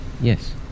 yes